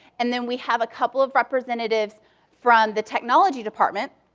and then we have a couple of representatives from the technology department.